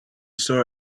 saw